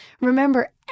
Remember